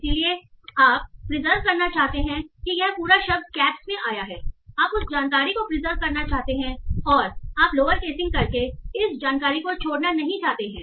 इसलिए आप प्रीजर्व करना चाहते हैं कि यह पूरा शब्द कैप्स में आया है आप उस जानकारी को प्रीजर्व करना चाहते हैं और आप लोवर केसिंग करके उस जानकारी को छोड़ना नहीं चाहते हैं